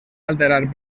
alterar